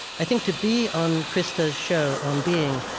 i think to be on krista's show, on being,